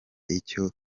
icyo